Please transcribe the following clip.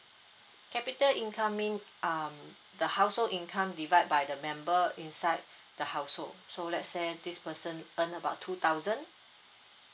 capita income mean uh the household income divide by the member inside the household so let's say this person earn about two thousand